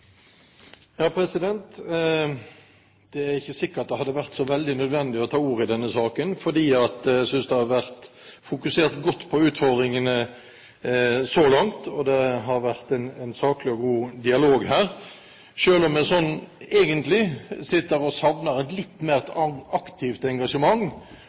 ikke sikkert det hadde vært så veldig nødvendig å ta ordet i denne saken, for jeg synes det har vært fokusert godt på utfordringene så langt. Det har også vært en saklig og god dialog, selv om jeg egentlig savner et litt mer aktivt engasjement